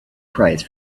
price